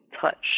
touch